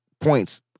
points